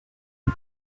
ces